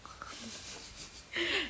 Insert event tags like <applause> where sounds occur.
<noise>